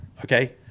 Okay